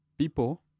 People